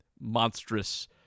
monstrous